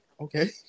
okay